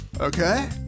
okay